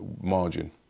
margin